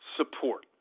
support